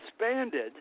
expanded